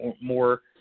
more